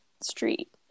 street